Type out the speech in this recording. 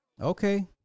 Okay